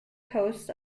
coasts